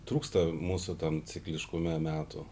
trūksta mūsų tam cikliškume metų